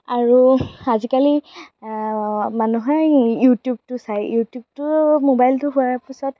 আৰু আজিকালি মানুহে ইউটিউবটো চায় ইউটিবটো মোবাইলটো হোৱাৰ পিছত